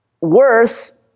worse